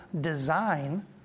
design